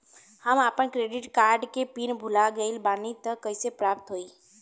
हम आपन credit card के पिन भुला गइल बानी त कइसे प्राप्त होई?